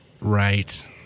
Right